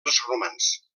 romans